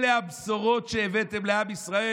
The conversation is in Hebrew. אלה הבשורות שהבאתם לעם ישראל?